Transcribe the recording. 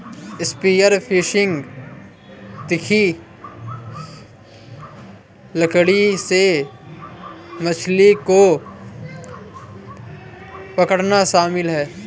spear fishing तीखी लकड़ी से मछली को पकड़ना शामिल है